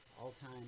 all-time